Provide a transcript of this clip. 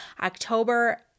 October